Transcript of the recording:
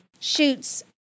shoots